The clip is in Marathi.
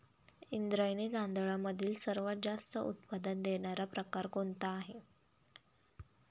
इंद्रायणी तांदळामधील सर्वात जास्त उत्पादन देणारा प्रकार कोणता आहे?